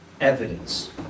evidence